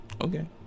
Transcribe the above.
Okay